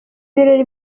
birori